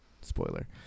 Spoiler